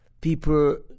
People